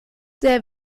der